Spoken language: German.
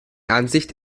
ansicht